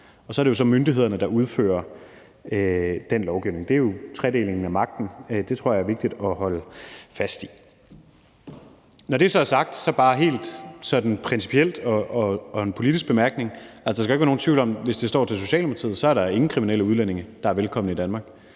og så er det myndighederne, der udfører den lovgivning. Det er jo tredelingen af magten. Det tror jeg er vigtigt at holde fast i. Når det så er sagt, vil jeg bare komme med en helt principiel og politisk bemærkning: Altså, der skal ikke være nogen tvivl om, at hvis det står til Socialdemokratiet, er der ingen kriminelle udlændinge, der er velkomne i Danmark.